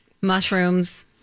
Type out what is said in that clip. Mushrooms